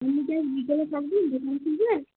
আপনি কি আজ বিকেলে থাকবেন দোকান খুলবেন